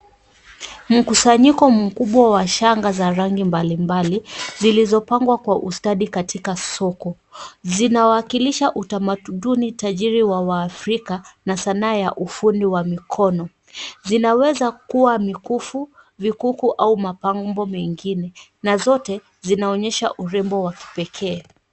Mkusanyiko mkubwa wa shanga za rangi mbalimbali zilizopangwa kwa ustadi katika soko. Zinawakilisha utamaduni tajiri wa waafrika na sanaa ya ufundi wa mikono. Zinaweza kuwa mikufu, vikuku au mapango mengine na zote zinaonyesha urembo wa kipekee.